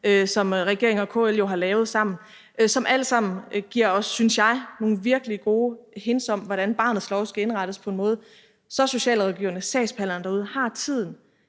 som regeringen og KL jo har lavet sammen. Alt dette giver os, synes jeg, nogle virkelig gode hints om, hvordan Barnets Lov skal indrettes, sådan at socialrådgiverne og sagsbehandlerne derude har tiden